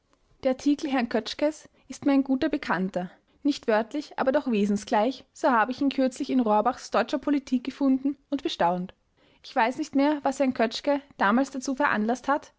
der artikel herrn kötschkes ist mir ein guter bekannter nicht wörtlich aber doch wesensgleich so habe ich ihn kürzlich in rohrbachs deutscher politik gefunden und bestaunt ich weiß nicht mehr was herrn kötschke damals dazu veranlaßt hat